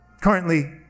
currently